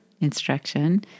instruction